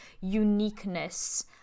uniqueness